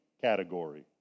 category